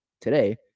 today